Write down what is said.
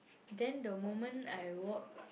then the moment I walk